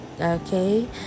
okay